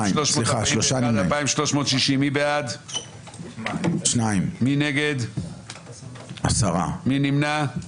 3 בעד, 8 נגד, 1 נמנע.